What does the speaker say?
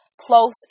close